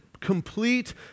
complete